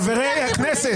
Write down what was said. חברי הכנסת,